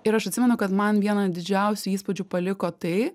ir aš atsimenu kad man vieną didžiausių įspūdžių paliko tai